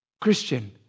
Christian